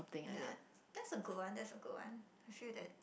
ya that's a good one that's a good one I feel that